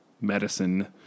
medicine